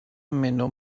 منو